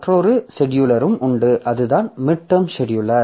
மற்றொரு செடியூலரும் உண்டு அதுதான் மிட்டெர்ம் செடியூலர்